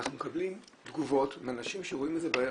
אנחנו מקבלים תגובות מאנשים שרואים את זה בערב.